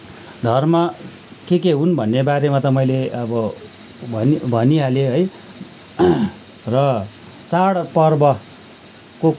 धर्म के के हुन् भन्ने बारेमा त मैले अब भनी भनिहालेँ है र चाडपर्वको